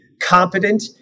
competent